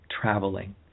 traveling